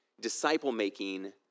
disciple-making